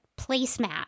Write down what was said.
placemat